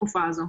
בתקופה הזו,